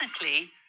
technically